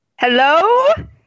Hello